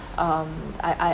um I I